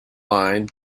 line